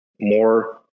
more